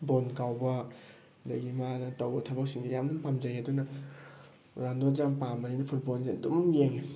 ꯕꯣꯜ ꯀꯥꯎꯕ ꯑꯗꯒꯤ ꯃꯥꯅ ꯇꯧꯕ ꯊꯕꯛꯁꯤꯡꯁꯦ ꯌꯥꯝ ꯄꯥꯝꯖꯩ ꯑꯗꯨꯅ ꯔꯣꯅꯥꯜꯗꯣꯁꯦ ꯌꯥꯝ ꯄꯥꯝꯕꯅꯤꯅ ꯐꯨꯠꯕꯣꯜꯁꯦ ꯑꯗꯨꯝ ꯌꯦꯡꯉꯦ